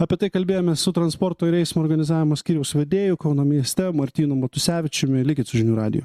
apie tai kalbėjomės su transporto ir eismo organizavimo skyriaus vedėju kauno mieste martynu matusevičiumi likit su žinių radiju